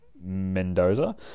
Mendoza